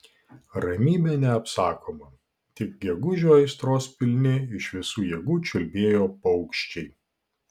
ramybė neapsakoma tik gegužio aistros pilni iš visų jėgų čiulbėjo paukščiai